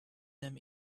them